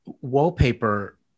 wallpaper